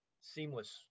seamless